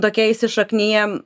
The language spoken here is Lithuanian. tokie įsišakniję